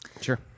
sure